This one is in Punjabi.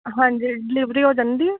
ਹਾਂਜੀ ਡਿਲੀਵਰੀ ਹੋ ਜਾਂਦੀ ਹੈ